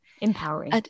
empowering